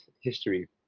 history